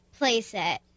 Playset